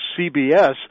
CBS